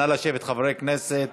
נא לשבת, חברי הכנסת.